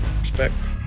Respect